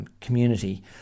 community